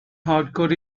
hardcore